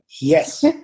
Yes